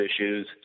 issues